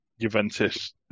Juventus